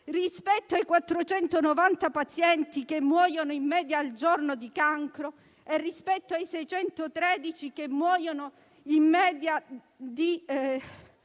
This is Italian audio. rispetto ai 490 pazienti che muoiono in media al giorno di cancro e ai 613 che muoiono in media di